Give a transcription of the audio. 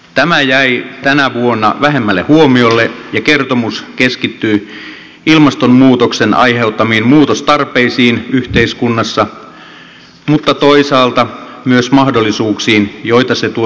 tämä jäi tänä vuonna vähemmälle huomiolle ja kertomus keskittyy ilmastonmuutoksen aiheuttamiin muutostarpeisiin yhteiskunnassa mutta toisaalta myös mahdollisuuksiin joita se tuo tullessaan